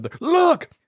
look